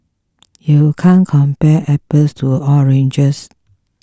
you can't compare apples to oranges